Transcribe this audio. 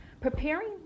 Preparing